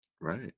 right